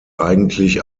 eigentlich